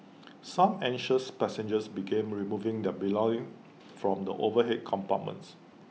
some anxious passengers began removing their belongings from the overhead compartments